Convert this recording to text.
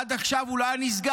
עד עכשיו הוא לא היה נסגר.